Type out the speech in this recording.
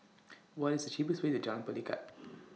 What IS The cheapest Way to Jalan Pelikat